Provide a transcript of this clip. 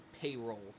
payroll